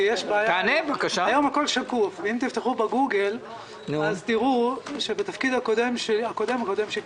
היום הכול שקוף ואם תפתחו בגוגל תראו שבתפקיד הקודם-קודם שלי,